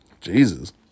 Jesus